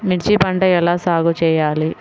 మిర్చి పంట ఎలా సాగు చేయాలి?